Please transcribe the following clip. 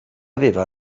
aveva